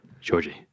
Georgie